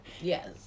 Yes